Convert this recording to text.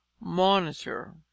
monitor